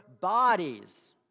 bodies